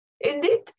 Indeed